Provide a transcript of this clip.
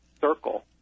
circle